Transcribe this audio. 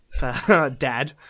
dad